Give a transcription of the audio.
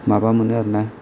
माबा मोनो आरोना